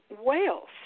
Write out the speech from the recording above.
Wales